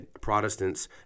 Protestants